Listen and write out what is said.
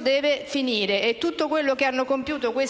deve finire e tutto quello che hanno compiuto questi